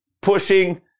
pushing